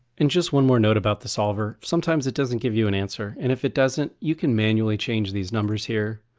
and just one more note about the solver sometimes it doesn't give you an answer and if it doesn't you can manually change these numbers here.